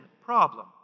problem